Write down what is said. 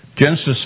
Genesis